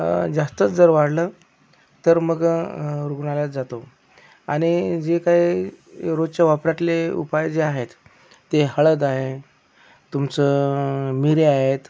जास्तच जर वाढलं तर मग रुग्णालयात जातो आणि जे काही रोजच्या वापरातले उपाय जे आहेत ते हळद आहे तुमचं मिऱ्या आहेत